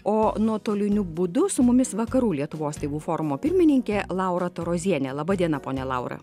o nuotoliniu būdu su mumis vakarų lietuvos tėvų forumo pirmininkė laura taurozienė laba diena ponia laura